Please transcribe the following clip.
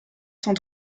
cent